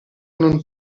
non